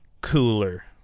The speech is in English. Cooler